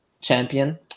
champion